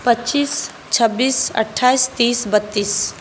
पच्चीस छब्बीस अठाइस तीस बत्तीस